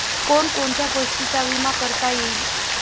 कोण कोणत्या गोष्टींचा विमा करता येईल?